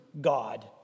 God